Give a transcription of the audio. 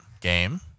game